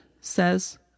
says